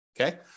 Okay